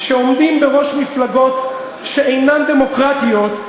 שעומדים בראש מפלגות שאינן דמוקרטיות,